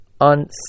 on